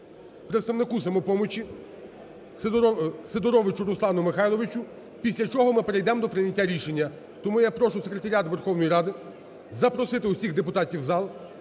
представнику "Самопомочі" Сидоровичу Руслану Михайловичу, після чого ми перейдемо до прийняття рішення. Тому я прошу секретаріат Верховної Ради запросити усіх депутатів в зал,